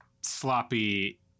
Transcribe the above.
sloppy